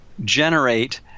generate